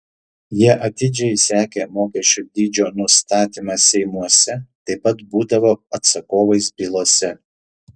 jie atidžiai sekė mokesčių dydžio nustatymą seimuose taip pat būdavo atsakovais bylose